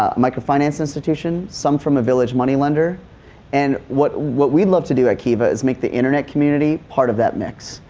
um microfinance institution, some from a village money-lender and what what we love to do at kiva is make the internet community part of that mix.